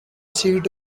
seat